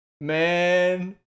Man